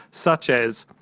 such as,